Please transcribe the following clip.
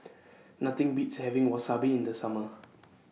Nothing Beats having Wasabi in The Summer